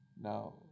Now